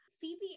Phoebe